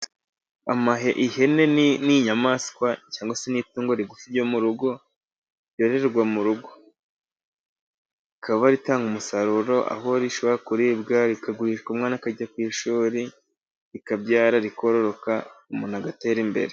Ihene ni inyamaswa cyangwa se ni itungo rigufi ryo mu rugo, ryororerwa mu rugo rikaba ritanga umusaruro aho rishobora kuribwa rikagurishwa, umwana akajya ku ishuri rikabyara rikororoka umuntu agatera imbere.